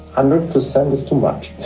um ah percent is too much.